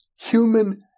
Human